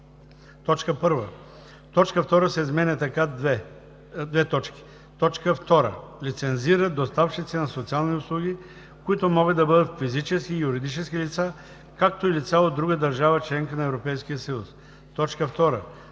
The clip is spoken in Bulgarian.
така: „2. лицензира доставчици на социални услуги, които могат да бъдат физически и юридически лица, както и лица от друга държава – членка на Европейския